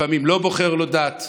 לפעמים לא בוחר לו דת,